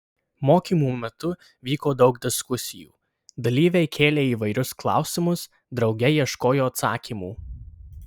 mokymų metu vyko daug diskusijų dalyviai kėlė įvairius klausimus drauge ieškojo atsakymų